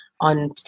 on